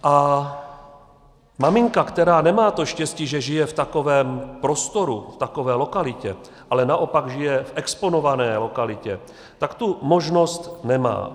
A maminka, která nemá to štěstí, že žije v takovém prostoru, v takové lokalitě, ale naopak žije v exponované lokalitě, takovou možnost nemá.